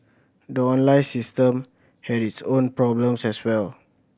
the online system had its own problems as well